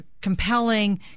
compelling